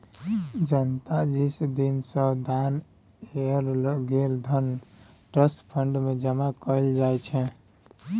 जनता दिस सँ दान कएल गेल धन ट्रस्ट फंड मे जमा कएल जाइ छै